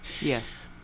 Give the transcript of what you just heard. yes